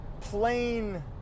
plain